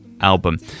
album